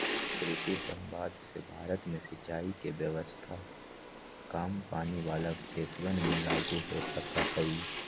कृषि समवाद से भारत में सिंचाई के व्यवस्था काम पानी वाला देशवन में लागु हो सका हई